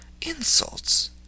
Insults